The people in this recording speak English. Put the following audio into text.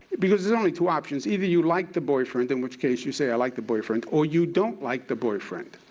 because there's only two options. either you like the boyfriend, in which case you say, i like the boyfriend. or you don't like the boyfriend.